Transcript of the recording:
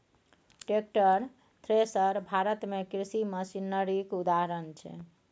tractor, thresher Bharat मे कृषि मशीनरीक उदाहरण छै